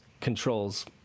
controls